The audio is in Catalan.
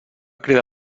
crida